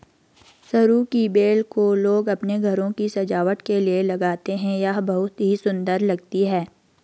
सरू की बेल को लोग अपने घरों की सजावट के लिए लगाते हैं यह बहुत ही सुंदर लगती है